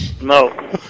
No